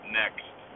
next